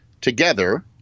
together